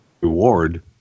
reward